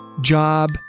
job